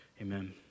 Amen